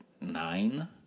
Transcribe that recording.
nine